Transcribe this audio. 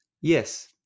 yes